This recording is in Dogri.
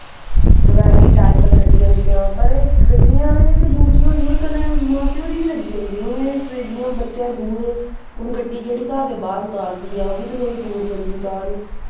दपैह्री टाईम पर छड्डी जंदियां पर गड्डी आह्लें दी ड्यूटी होई होई कन्नै मा प्यो दी बी लग्गी जंदी हून जि'यां बच्चे दूर हून गड्डी केह्ड़ी घर दे बाह्र तुआरदी ऐ ओह् बी थोह्ड़ी दूर जंदी तुआरन